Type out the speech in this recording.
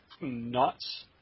nuts